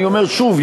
אני אומר שוב,